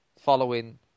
following